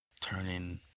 turning